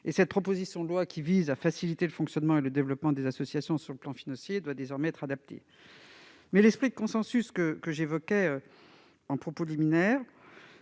Cette proposition de loi qui vise à faciliter le fonctionnement et le développement de ces associations sur le plan financier doit désormais être adoptée. Toutefois, l'esprit de consensus que j'évoquais ne constitue